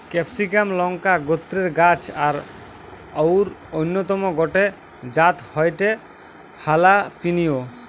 ক্যাপসিমাক লংকা গোত্রের গাছ আর অউর অন্যতম গটে জাত হয়ঠে হালাপিনিও